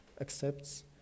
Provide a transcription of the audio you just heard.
accepts